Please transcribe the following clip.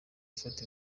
ifata